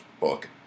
book